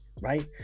Right